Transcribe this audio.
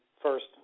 first